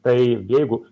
tai jeigu